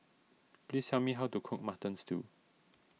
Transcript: please tell me how to cook Mutton Stew